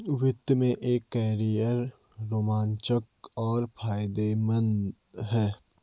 वित्त में एक कैरियर रोमांचक और फायदेमंद है